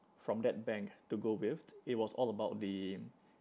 from that bank to go with it was all about the